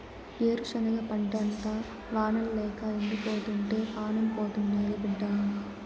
ఏరుశనగ పంటంతా వానల్లేక ఎండిపోతుంటే పానం పోతాండాది బిడ్డా